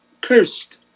cursed